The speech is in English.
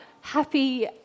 happy